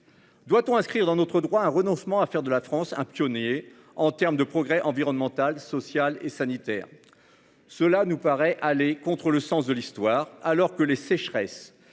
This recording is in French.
Doit-on inscrire dans notre droit un renoncement à faire de la France un pionnier en termes de progrès environnemental, social et sanitaire. Cela nous paraît aller contre le sens de l'histoire, alors que les sécheresses,